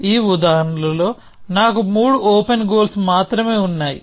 ఈ ఉదాహరణలో నాకు మూడు ఓపెన్ గోల్స్ మాత్రమే ఉన్నాయి